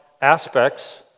aspects